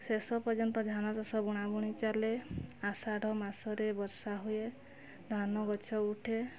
ଶେଷ ପର୍ଯ୍ୟନ୍ତ ଧାନଚାଷ ବୁଣାବୁଣି ଚାଲେ ଅଷାଢ଼ ମାସରେ ବର୍ଷା ହୁଏ ଧାନଗଛ ଉଠେ